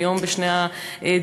והיום בשני הדיונים.